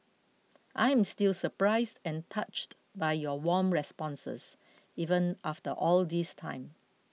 I'm still surprised and touched by your warm responses even after all this time